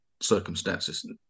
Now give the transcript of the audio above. circumstances